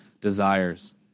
desires